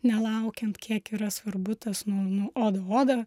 nelaukiant kiek yra svarbu tas nu nu oda oda